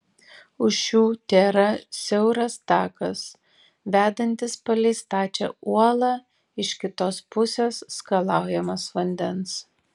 už šių tėra siauras takas vedantis palei stačią uolą iš kitos pusės skalaujamas vandens